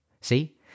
See